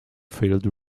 field